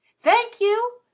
thank you!